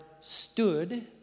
stood